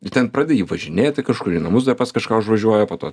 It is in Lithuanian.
ir ten pradeda jie važinėti kažkur į namus dar pas kažką užvažiuoja po to